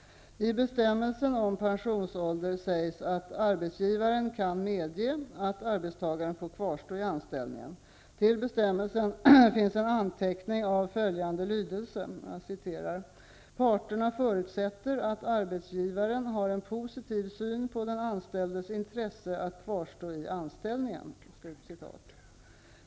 I bestämmelsen om pensionsålder sägs att arbetsgivaren kan medge att arbetstagaren får kvarstå i anställningen. Till bestämmelsen finns en anteckning av följande lydelse: ''Parterna förutsätter att arbetsgivaren har en positiv syn på den anställdes intresse att kvarstå i anställningen.''